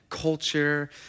Culture